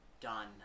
done